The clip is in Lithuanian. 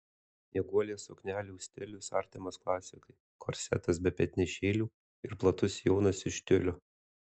snieguolės suknelių stilius artimas klasikai korsetas be petnešėlių ir platus sijonas iš tiulio